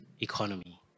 economy